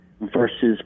versus